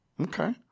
okay